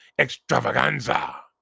extravaganza